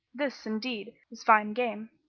this, indeed, is fine game.